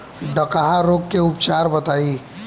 डकहा रोग के उपचार बताई?